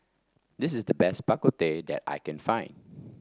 this is the best Bak Kut Teh that I can find